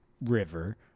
River